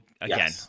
again